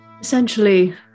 Essentially